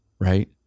right